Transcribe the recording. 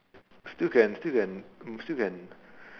still can still can still can